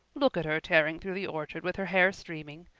look at her tearing through the orchard with her hair streaming.